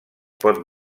pot